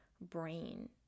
brain